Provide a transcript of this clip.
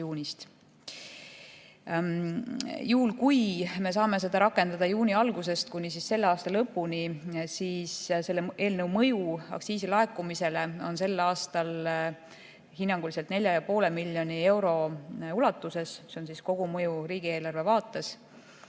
juunist. Juhul kui me saame seda rakendada juuni algusest kuni selle aasta lõpuni, on selle eelnõu mõju aktsiisi laekumisele tänavu hinnanguliselt 4,5 miljoni euro ulatuses. See on kogumõju riigieelarve vaates